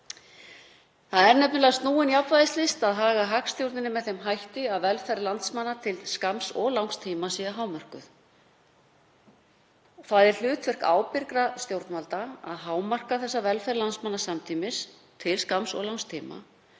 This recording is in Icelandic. Það er nefnilega snúin jafnvægislist að haga hagstjórninni með þeim hætti að velferð landsmanna til skamms og langs tíma sé hámörkuð. Það er hlutverk ábyrgra stjórnvalda að hámarka velferð landsmanna samtímis til skamms og langs tíma.